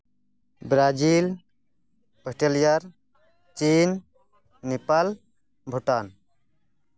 Brazil Australia ᱪᱤᱱ ᱱᱮᱯᱟᱞ ᱵᱷᱩᱴᱟᱱ